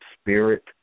spirit